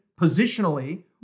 positionally